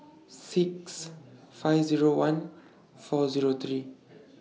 six five Zero one four Zero three